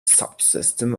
subsystem